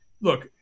look